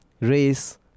race